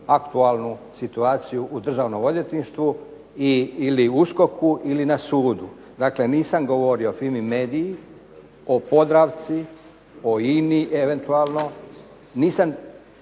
aktualnu situaciju u državnom odvjetništvu i, ili USKOK-u ili na sudu, dakle nisam govorio o Fimi-Media-i, o Podravci, o INA-i eventualno, nisam